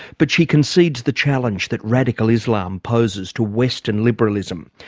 but she concedes the challenge that radical islam poses to western liberalism.